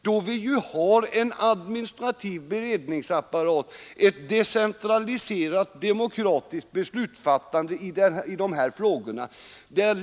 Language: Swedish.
Det finns ju en administrativ beredningsapparat, ett decentraliserat dem okratiskt beslutsfattande i dessa frågor.